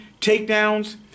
takedowns